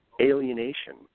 alienation